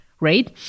Right